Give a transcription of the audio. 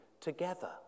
together